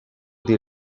they